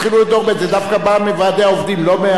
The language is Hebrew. זה דווקא בא מוועדי העובדים, לא מההנהלות.